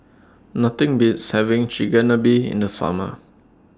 Nothing Beats having Chigenabe in The Summer